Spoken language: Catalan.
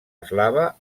eslava